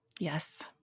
Yes